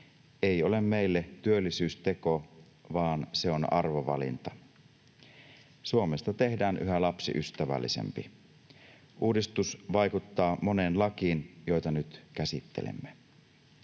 ei ole meille työllisyysteko vaan se on arvovalinta. Suomesta tehdään yhä lapsiystävällisempi. Uudistus vaikuttaa moneen lakiin, joita nyt käsittelemme.